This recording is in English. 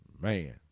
Man